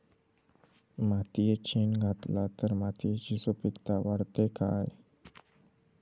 मातयेत शेण घातला तर मातयेची सुपीकता वाढते काय?